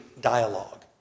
dialogue